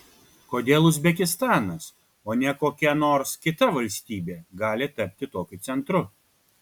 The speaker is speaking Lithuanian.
kodėl uzbekistanas o ne kokia nors kita valstybė gali tapti tokiu centru